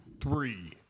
Three